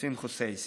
תחסין חוסייסי.